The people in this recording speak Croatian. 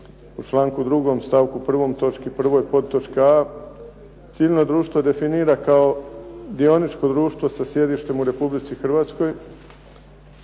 u članku 2. stavku 1. podtočki a) civilno društvo definira kao dioničko društvo sa sjedištem u Republici Hrvatskoj